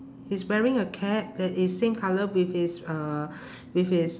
he's wearing a cap that is same colour with his uh with his